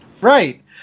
Right